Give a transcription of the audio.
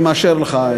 אני מאשר לך,